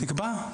אז תקבע.